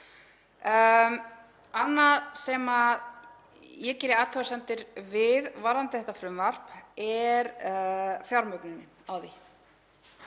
Annað sem ég geri athugasemdir við varðandi þetta frumvarp er fjármögnunin á því.